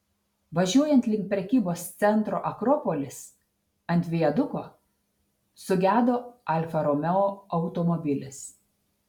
važiuojant link prekybos centro akropolis ant viaduko sugedo alfa romeo automobilis